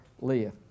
live